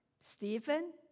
Stephen